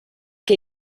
che